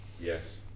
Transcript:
Yes